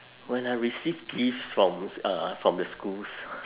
when I receive gifts from uh from the schools